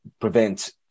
prevent